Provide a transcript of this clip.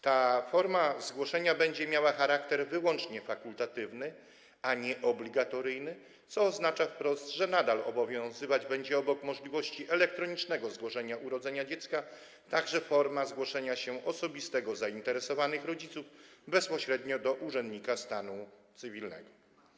Ta forma zgłoszenia będzie miała charakter wyłącznie fakultatywny, a nie obligatoryjny, co oznacza wprost, że nadal obowiązywać będzie obok możliwości elektronicznego zgłoszenia urodzenia dziecka także forma zgłoszenia się osobistego zainteresowanych rodziców bezpośrednio do urzędnika stanu cywilnego.